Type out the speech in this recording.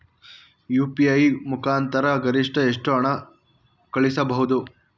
UPI ಮುಖಾಂತರ ಗರಿಷ್ಠ ಎಷ್ಟು ಹಣ ಕಳಿಸಬಹುದು?